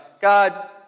God